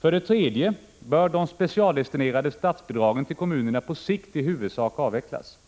För det tredje bör de specialdestinerade statsbidragen till kommunerna på sikt i huvudsak avvecklas.